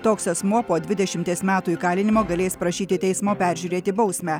toks asmuo po dvidešimties metų įkalinimo galės prašyti teismo peržiūrėti bausmę